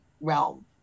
realm